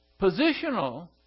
positional